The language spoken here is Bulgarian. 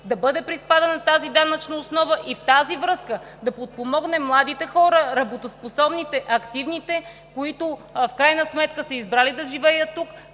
да бъде приспадана тази данъчна основа и в тази връзка да подпомогнем младите, работоспособните, активните, които в крайна сметка са избрали да живеят тук,